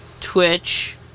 Twitch